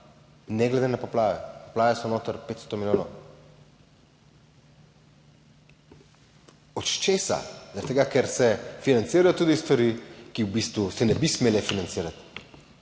Ne glede na poplave. Poplave so noter 500 milijonov. Od česa? Zaradi tega, ker se financirajo tudi stvari, ki v bistvu se ne bi smele financirati,